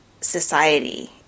society